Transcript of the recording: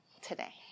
today